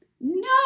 no